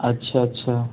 اچھا اچھا